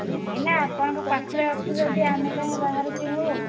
ନାଇଁ ନା ଆପଣଙ୍କ ପାଖରେ ଅଛି ଯଦି ଆମେ କାହିଁକି ବାହାରୁ କିଣିବୁ